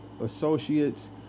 associates